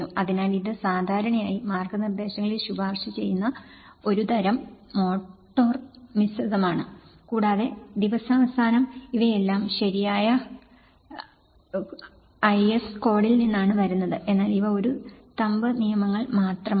അതിനാൽ ഇത് സാധാരണയായി മാർഗ്ഗനിർദ്ദേശങ്ങൾ ശുപാർശ ചെയ്യുന്ന ഒരു തരം മോർട്ടാർ മിശ്രിതമാണ് കൂടാതെ ദിവസാവസാനം ഇവയെല്ലാം ശരിയായ IS കോഡിൽ നിന്നാണ് വരുന്നത് എന്നാൽ ഇവ ഒരു തമ്പ് നിയമങ്ങൾ മാത്രമാണ്